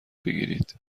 بگیرید